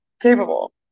capable